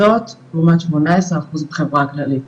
זאת לעומת 18% מהחברה הכללית,